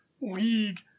league